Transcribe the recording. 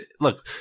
look